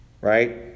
right